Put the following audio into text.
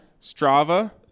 Strava